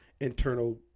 internal